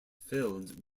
filled